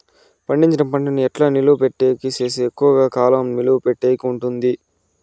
పండించిన పంట ను ఎట్లా నిలువ పెట్టేకి సేస్తే ఎక్కువగా కాలం నిలువ పెట్టేకి ఉంటుంది?